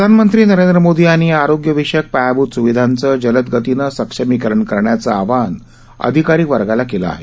प्रधानमंत्री नरेंद्र मोदी यांनी आरोग्य विषयक पायाभूत सुविधांचं जलदगतीनं सक्षमीकरण करण्याचं आवाहन अधिकारी वर्गाला केलं आहे